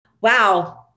wow